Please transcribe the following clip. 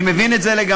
אני מבין את זה לגמרי,